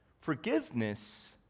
Forgiveness